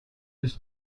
this